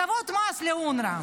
תודה רבה.